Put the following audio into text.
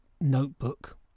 notebook